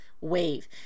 wave